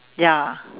ya